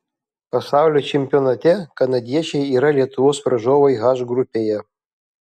pasaulio čempionate kanadiečiai yra lietuvos varžovai h grupėje